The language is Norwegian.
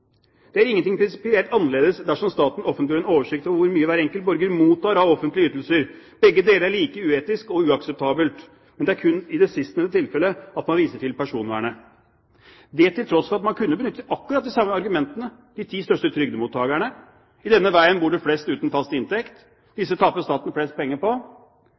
Det er ikke noe prinsipielt annerledes dersom staten offentliggjør en oversikt over hvor mye hver enkelt borger mottar av offentlige ytelser. Begge deler er like uetisk og uakseptabelt, men det er kun i det sistnevnte tilfellet at man viser til personvernet, og det til tross for at man kunne benyttet akkurat de samme argumentene, som: De ti største trygdemottagerne. I denne veien bor det flest uten fast inntekt. Disse taper staten flest penger på.